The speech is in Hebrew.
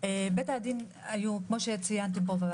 כפי שציינתם פה,